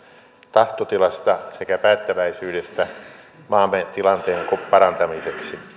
tahtotilasta sekä päättäväisyydestä maamme tilanteen parantamiseksi